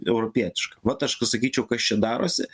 europietišką vat aš pasakyčiau kas čia darosi